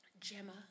Gemma